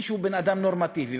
מי שהוא בן-אדם נורמטיבי,